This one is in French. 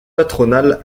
patronale